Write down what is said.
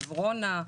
עברונה,